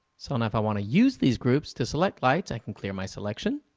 so now if i want to use these groups to select lights, i can clear my selection,